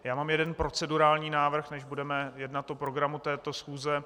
Já mám jeden procedurální návrh, než budeme jednat o programu této schůze.